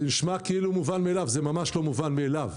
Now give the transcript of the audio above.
זה נשמע כאילו מובן מאליו אבל זה ממש לא מובן מאליו.